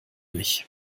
mich